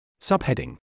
Subheading